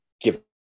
Give